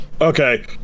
Okay